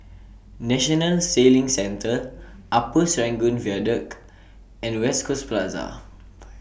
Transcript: National Sailing Centre Upper Serangoon Viaduct and West Coast Plaza